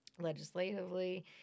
legislatively